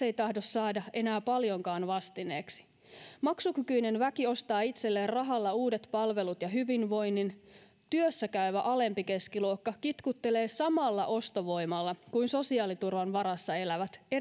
ei tahdo saada enää paljonkaan vastineeksi maksukykyinen väki ostaa itselleen rahalla uudet palvelut ja hyvinvoinnin työssäkäyvä alempi keskiluokka kitkuttelee samalla ostovoimalla kuin sosiaaliturvan varassa elävät